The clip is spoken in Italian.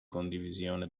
condivisione